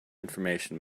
information